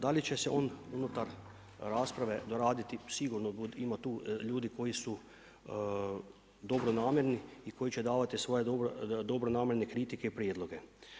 Da li će se on unutar rasprave doraditi sigurno ima tu ljudi koji su dobronamjerni i koji će davati svoje dobronamjerne kritike i prijedloge.